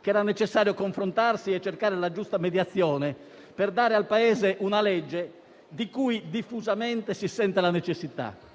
che era necessario confrontarsi e cercare la giusta mediazione per dare al Paese una legge di cui diffusamente si avverte la necessità.